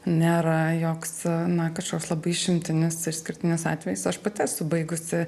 nėra joks na kažkoks labai išimtinis išskirtinis atvejis aš pati esu baigusi